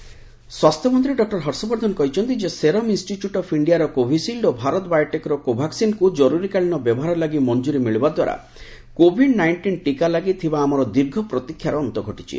ବର୍ଦ୍ଧନ vaccine ସ୍ୱାସ୍ଥ୍ୟମନ୍ତ୍ରୀ doctor Harshvardhan କହିଛନ୍ତି Serum Institute of ଇଣ୍ଡିଆର କୋଭିସିଲ୍ଡ୍ ଏବଂ ଭାରତ ବାୟୋଟେକ୍ର କୋଭାକ୍ୱିନ୍କୁ ଜରୁରୀକାଳୀନ ବ୍ୟବହାର ଲାଗି ମଞ୍ଜୁରି ମିଳିବା ଦ୍ୱାରା କୋଭିଡ୍ ନାଇଷ୍ଟିନ୍ ଟୀକା ଲାଗି ଥିବା ଆମର ଦୀର୍ଘ ପ୍ରତୀକ୍ଷାର ଅନ୍ତ ଘଟିଛି